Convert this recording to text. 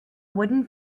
wooden